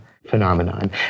phenomenon